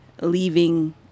leaving